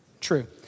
True